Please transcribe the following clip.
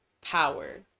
power